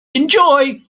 enjoy